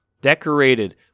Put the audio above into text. decorated